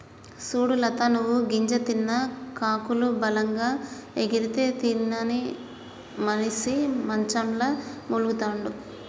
సూడు లత నువ్వు గింజ తిన్న కాకులు బలంగా ఎగిరితే తినని మనిసి మంచంల మూల్గతండాడు